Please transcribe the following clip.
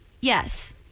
Yes